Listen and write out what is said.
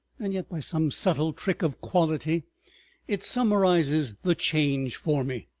and yet by some subtle trick of quality it summarizes the change for me.